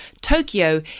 Tokyo